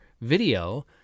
video